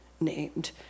named